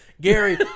Gary